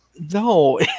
No